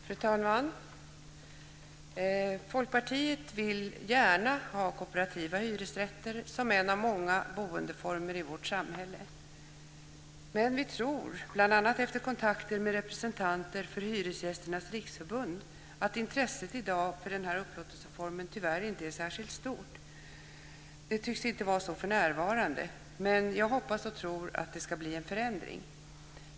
Fru talman! Folkpartiet vill gärna ha kooperativa hyresrätter som en av många boendeformer i vårt samhälle. Vi tror dock, bl.a. efter kontakter med representanter för Hyresgästernas Riksförbund, att intresset för denna upplåtelseform i dag tyvärr inte är särskilt stort. Det tycks inte vara så för närvarande, men jag hoppas och tror att det ska bli en förändring.